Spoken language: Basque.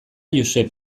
josep